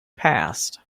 passed